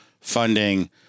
funding